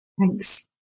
thanks